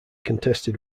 contested